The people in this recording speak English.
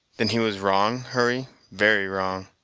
then he was wrong, hurry very wrong.